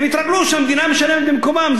הם התרגלו שהמדינה משלמת במקומם.